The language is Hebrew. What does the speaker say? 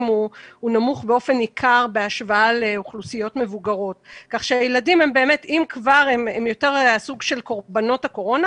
אני חושבת שאין עוררין לגבי זה שילדים כמעט לא נפגעים מהקורונה